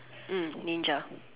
mm ninja